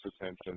attention